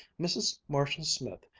mrs. marshall-smith,